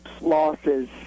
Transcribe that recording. losses